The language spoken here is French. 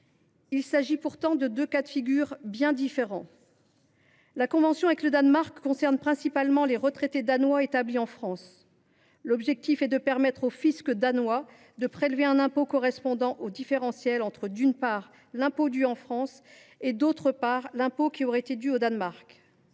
Il s’agit pourtant de deux cas de figure bien différents. La convention avec le Danemark concerne principalement les retraités danois établis en France. L’objectif est de permettre au fisc danois de prélever un montant correspondant au différentiel entre l’impôt qui est dû en France et l’impôt qui aurait dû l’être au Danemark.